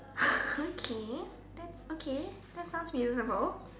okay that's okay that sounds reasonable